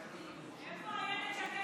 איפה אילת שקד,